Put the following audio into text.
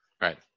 Right